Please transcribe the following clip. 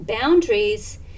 boundaries